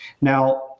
Now